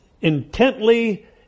Intently